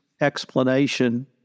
explanation